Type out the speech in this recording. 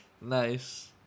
Nice